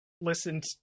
listened